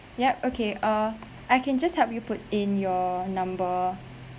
yup okay uh I can just help you put in your number